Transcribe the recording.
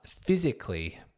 physically